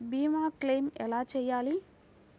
భీమ క్లెయిం ఎలా చేయాలి?